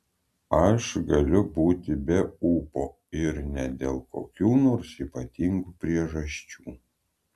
aš galiu būti be ūpo ir ne dėl kokių nors ypatingų priežasčių